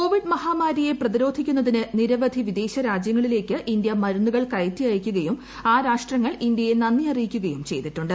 Covid മഹാമാരിയെ പ്രതിരോധിക്കുന്നതിന് നിരവധി വിദേശ രാജൃങ്ങളിലേക്ക് ഇന്തൃ മരുന്നുകൾ കയറ്റി അയക്കുകയും ആ രാഷ്ട്രങ്ങൾ ഇന്ത്യയെ നന്ദി അറിയിക്കുകയും ചെയ്തിട്ടുണ്ട്